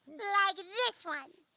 like and this one.